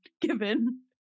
given